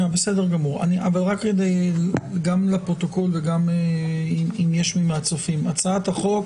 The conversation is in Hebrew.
גם לפרוטוקול וגם לצופים, הצעת החוק